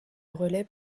relais